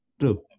True